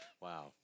Wow